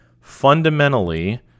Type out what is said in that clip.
Fundamentally